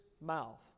mouth